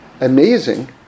amazing